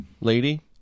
lady